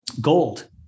gold